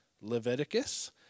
Leviticus